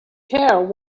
care